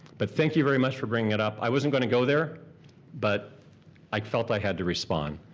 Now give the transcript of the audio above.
but thank you very much for bringing it up. i wasn't gonna go there but i felt i had to respond.